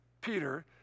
Peter